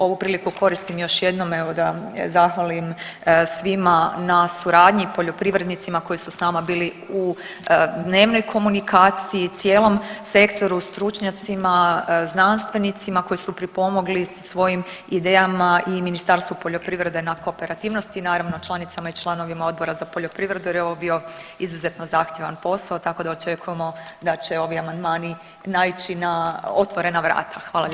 Ovu priliku koristim još jednom evo da zahvalim svima na suradnji, poljoprivrednicima koji su sa nama bili u dnevnoj komunikaciji, cijelom sektoru, stručnjacima, znanstvenicima koji su pripomogli svojim idejama i Ministarstvu poljoprivrede na kooperativnosti, naravno članicama i članovima Odbora za poljoprivredu jer je ovo bio izuzetno zahtjevan posao, tako da očekujemo da će ovi amandmani naići na otvorena vrata.